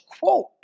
quote